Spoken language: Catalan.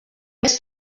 mes